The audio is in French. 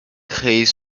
créent